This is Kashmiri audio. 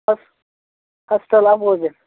ہس ہسپِٹل اپوزِٹ